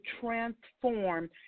transform